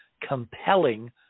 compelling